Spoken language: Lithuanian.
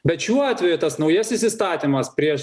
bet šiuo atveju tas naujasis įstatymas prieš